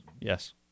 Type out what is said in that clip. yes